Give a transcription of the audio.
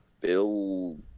Bill